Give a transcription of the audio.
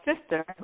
sister